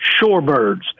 Shorebirds